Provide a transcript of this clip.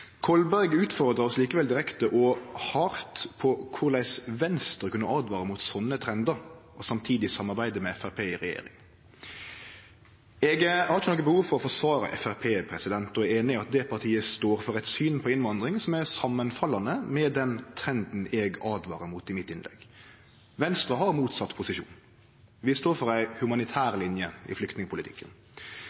Kolberg utfordra oss likevel direkte og hardt på korleis Venstre kunne åtvare mot slike trendar og samtidig samarbeide med Framstegspartiet i regjering. Eg har ikkje noko behov for å forsvare Framstegspartiet, og eg er einig i at det partiet står for eit syn på innvandring som er samanfallande med den trenden eg åtvara mot i mitt innlegg. Venstre har motsett posisjon, vi står for ei humanitær linje i